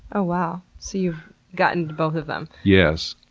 oh, wow! so, you've gotten both of them. yes.